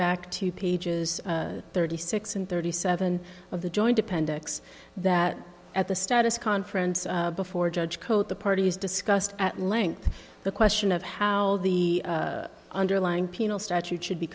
back to pages thirty six and thirty seven of the joint appendix that at the status conference before judge cote the parties discussed at length the question of how the underlying penal statute should be